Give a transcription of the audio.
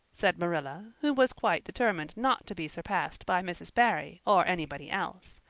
said marilla, who was quite determined not to be surpassed by mrs. barry or anybody else.